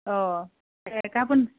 अ दे गाबोन